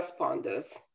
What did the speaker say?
responders